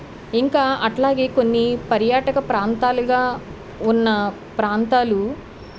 ఇంకా అట్లాగే కొన్ని పర్యాటక ప్రాంతాలుగా ఉన్న ప్రాంతాలు